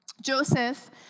Joseph